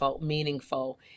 meaningful